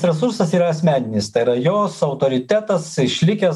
resursas yra asmeninis tai yra jos autoritetas išlikęs